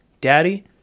daddy